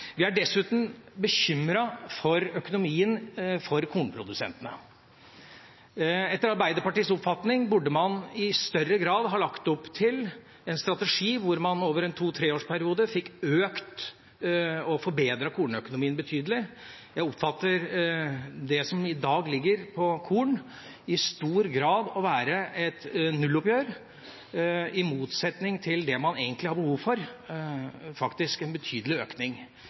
Vi er dessuten bekymret for økonomien til kornprodusentene. Etter Arbeiderpartiets oppfatning burde man i større grad ha lagt opp til en strategi hvor man over en to–treårsperiode hadde fått økt og forbedret kornøkonomien betydelig. Jeg oppfatter det som i dag foreligger når det gjelder korn, i stor grad å være et nulloppgjør, i motsetning til det man egentlig har behov for, en betydelig økning,